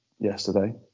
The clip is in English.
Yesterday